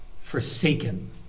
forsaken